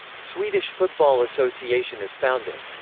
swedish football association is founded.